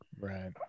right